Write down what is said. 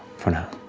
for now.